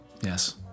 Yes